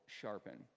sharpen